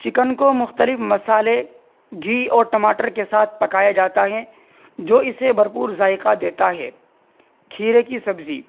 chicken کو مختلف مصالحے گھی اور ٹماٹر کے ساتھ پکایا جاتا ہے جو اسے بھرپور ذائقہ دیتا ہے کھیرے کی سبزی